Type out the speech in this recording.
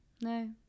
No